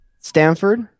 Stanford